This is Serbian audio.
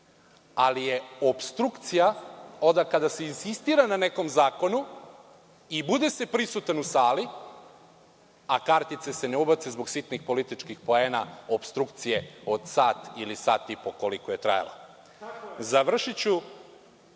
ali je opstrukcija onda kada se insistira na nekom zakonu i bude se prisutan u sali, a kartice se ne ubace zbog sitnih političkih poena opstrukcije od sat ili sat i po koliko je trajala. Završiću